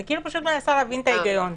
אני מנסה להבין את ההיגיון.